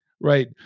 right